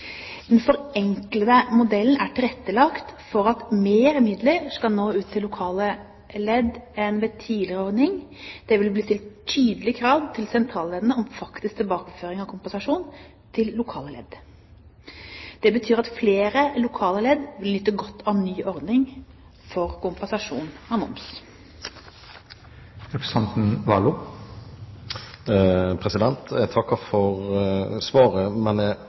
Den forenklede modellen er tilrettelagt for at mer midler skal nå ut til lokale ledd enn ved tidligere ordning. Det vil bli stilt tydelige krav til sentralleddene om faktisk tilbakeføring av kompensasjon til lokale ledd. Dette betyr at flere lokale ledd vil nyte godt av ny ordning for kompensasjon av moms. Jeg takker for svaret, men jeg